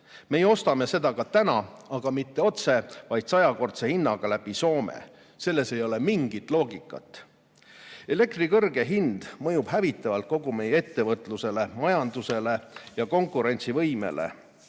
Me ostame seda ka täna, aga mitte otse, vaid sajakordse hinnaga Soome kaudu. Selles ei ole mingit loogikat. Elektri kõrge hind mõjub hävitavalt kogu meie ettevõtlusele, majandusele ja konkurentsivõimele.